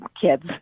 kids